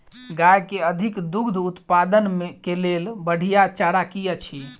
गाय केँ अधिक दुग्ध उत्पादन केँ लेल बढ़िया चारा की अछि?